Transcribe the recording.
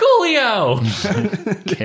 Coolio